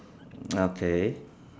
okay